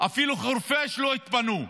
אפילו חורפיש לא התפנו,